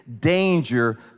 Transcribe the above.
danger